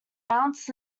mount